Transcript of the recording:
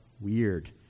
weird